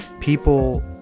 people